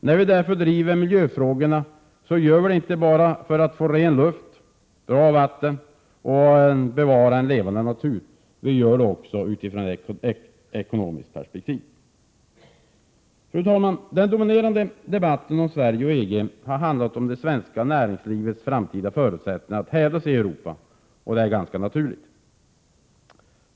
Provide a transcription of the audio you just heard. När vi driver miljöfrågorna gör vi det således inte enbart för att åstadkomma ren luft och bra vatten och för att bevara en levande natur, utan vi gör det också utifrån ett ekonomiskt perspektiv. Fru talman! Den dominerande debatten om Sverige och EG har handlat om det svenska näringslivets framtida förutsättningar att hävda sig i Västeuropa, och det är ganska naturligt.